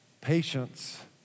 patience